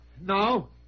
No